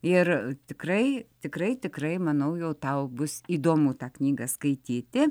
ir tikrai tikrai tikrai manau jau tau bus įdomu tą knygą skaityti